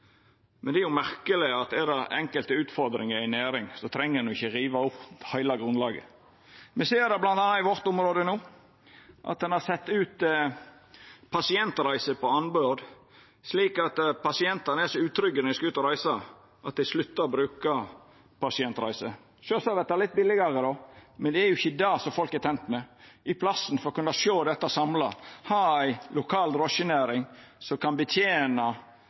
Men det er merkeleg – er det enkelte utfordringar i ei næring, så treng ein jo ikkje riva opp heile grunnlaget. Me ser det bl.a. i området vårt no: Ein har sett ut pasientreiser på anbod slik at pasientane er så utrygge når dei skal ut og reisa, at dei sluttar å bruka pasientreiser. Sjølvsagt vert det litt billigare då, men det er jo ikkje det som folk er tent med, i staden for å kunna sjå dette samla, ha ei lokal drosjenæring som kan betena